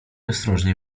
ostrożnie